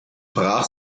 brach